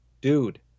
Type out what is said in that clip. dude